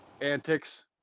antics